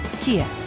Kia